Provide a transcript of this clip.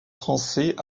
français